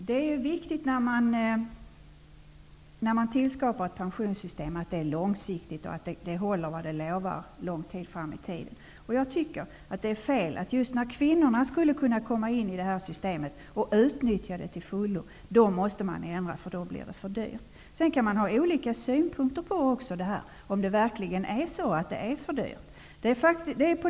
Herr talman! När man tillskapar ett pensionssystem är det viktigt att det är långsiktigt och att det håller vad det lovar långt fram i tiden. Jag tycker att det är fel att man ändrar systemet just när kvinnorna kan komma in i systemet och utnyttja det till fullo. Då måste man ändra det, eftersom det annars skulle bli för dyrt. Sedan kan man ha olika synpunkter på om det verkligen är för dyrt.